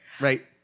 right